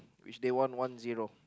which they won one zero